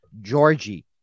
Georgie